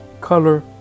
color